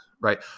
right